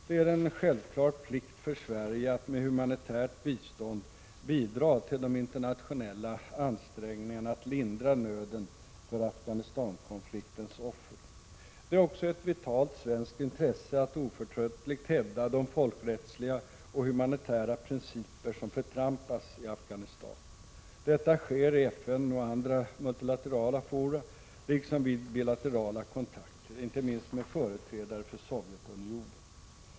Det är en självklar plikt för Sverige att med humanitärt bistånd bidra till de internationella ansträngningarna att lindra nöden för Afghanistankonfliktens offer. Det är också ett vitalt svenskt intresse att oförtröttligt hävda de folkrättsliga och humanitära principer som förtrampas i Afghanistan. Detta sker i FN och andra multilaterala fora liksom vid bilaterala kontakter, inte minst med företrädare för Sovjetunionen.